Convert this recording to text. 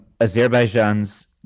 Azerbaijan's